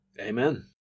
Amen